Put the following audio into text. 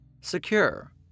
Secure